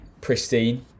pristine